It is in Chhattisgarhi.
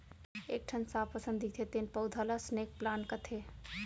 एक ठन सांप असन दिखथे तेन पउधा ल स्नेक प्लांट कथें